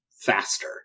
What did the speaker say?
faster